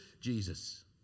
Jesus